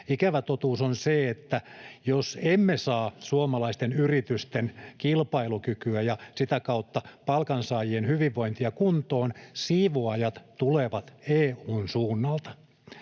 ikävä totuus on se, että jos emme saa suomalaisten yritysten kilpailukykyä ja sitä kautta palkansaajien hyvinvointia kuntoon, siivoajat tulevat EU:n suunnalta,